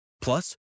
Plus